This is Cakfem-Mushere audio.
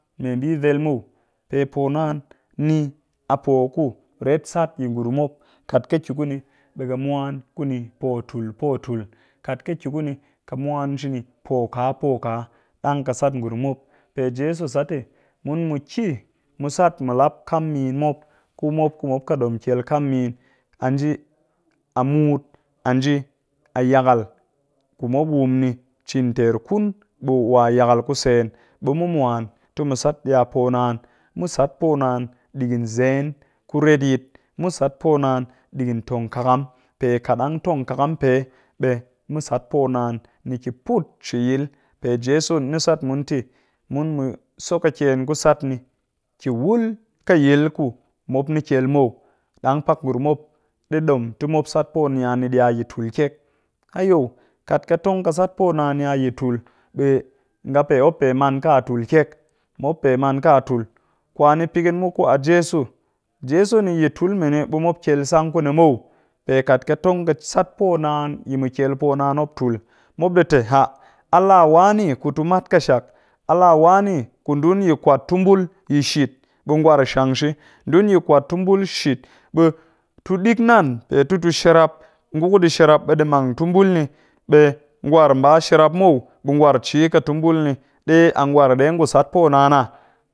Mee mbii vel muw pe poo naan ni a poo ku ret sat yi ngurum mop, kat ka ki kuni ɓe ka mwan kuni po tul po tul, kat ka ki ku ni ka mwan shi ni po kaa po kaa ɗang ka sat ngurum mop pe jeso sat te " mun muki mu sat mu lap kam min mop ku mop ku mop ƙɨdom kyel kam min, a nji a mut a nji a yakaal ku mop wum ni cin ter kun ɓe wa yakal ku tsen. Ɓe mu mwan ti mu sat di a poo naan mu sat poo naan a ɗigin zen ku retyit, mu sat po naan digin tong kakam pe kat ɗang tong kakam pe ɓe mu sat poo naan ni ki put shi yil pe jeso ni sat mun te mun mu so ka kyen ku sat ni ki wul ƙɨ yil ku mop ni kyel muw ɗang pak ngurum mop ɗi ɗom ti mop sat po naan ni ɗii a yi tul kyek, hayo! Kat ka tong ka sat poo naan ni a yi tul ɓe nga pe mop pe maan ka a yi tul kyek mop pe man ka a yi tul. Kwani pigin muku a jeso, jeso ni yi tul mini ɓe mop kyel sang kuni muw pe kat katong ka sat poo naan yi mu kyel poo naan mop tul, mop ɗi te ha! A laa wani ku tu mat ƙɨshak, a laa wani ku ndun kwat tumbul yi shiit ɓe ngwar shang shi, nɗun yi kwat tumbul shiit ɓe tu ɗik nnan pe ti tu shirap ngu ku ɗi shirap ɓe ɗi mang tumbul ni ɓe ngwar mba shirap muw, ɓi ngwar ci ƙɨ tumbulni ɓe a ngwar ɗe ngu sat po naan ah?